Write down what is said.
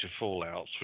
fallouts